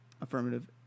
affirmative